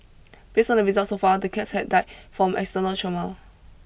based on the results so far the cats had died from external trauma